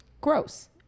Gross